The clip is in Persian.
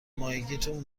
ماهگیمون